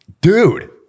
Dude